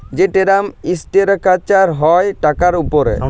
যে term structure হ্যয় টাকার উপরে